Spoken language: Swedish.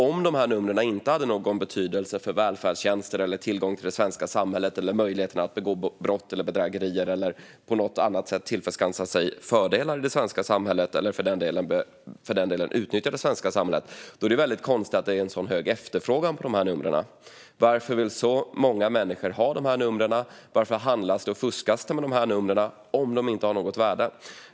Om de här numren inte hade någon betydelse för välfärdstjänster och tillgång till det svenska samhället eller möjligheten att genom brott och bedrägerier tillskansa sig fördelar i och utnyttja det svenska samhället är det väldigt konstigt att det är en så hög efterfrågan på dessa nummer. Varför vill så många människor ha numren? Varför handlas det och fuskas med numren om de inte har något värde?